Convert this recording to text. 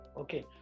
Okay